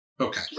Okay